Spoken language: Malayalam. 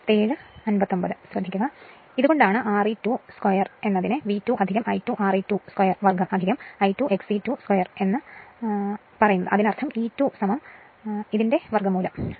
അതിനാൽ അതുകൊണ്ടാണ് Re2 2 V2 I2 Re2 2 I2 XE2 2 അതിനർത്ഥം ഇതിന്റെ E2 2